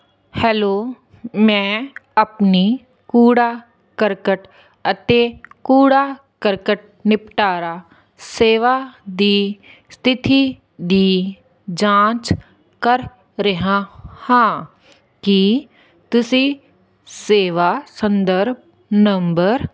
hello ਮੈਂ ਆਪਣੇ ਕੂੜਾ ਕਰਕਟ ਅਤੇ ਕੂੜਾ ਕਰਕਟ ਨਿਪਟਾਰਾ ਸੇਵਾ ਦੀ ਸਥਿਤੀ ਦੀ ਜਾਂਚ ਕਰ ਰਿਹਾ ਹਾਂ ਕੀ ਤੁਸੀਂ ਸੇਵਾ ਸੰਦਰਭ ਨੰਬਰ